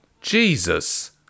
Jesus